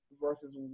versus